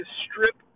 strip